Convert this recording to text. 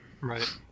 Right